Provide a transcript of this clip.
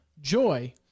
joy